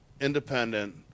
independent